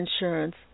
insurance